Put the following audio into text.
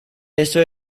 eso